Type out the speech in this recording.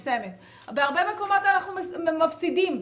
בהרבה מקומות אנחנו מפסידים,